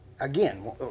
again